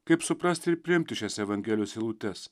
kaip suprasti ir priimti šias evangelijos eilutes